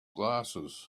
glasses